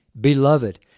beloved